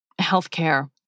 healthcare